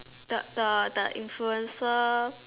the the the influencer